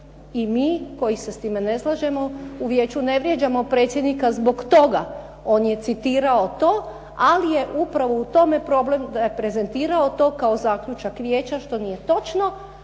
i mi koji se s time ne slažemo u vijeću, ne vrijeđamo predsjednika zbog toga. On je citirao to. Ali je upravo u tome problem da je prezentirao to kao zaključak vijeća, što nije točno.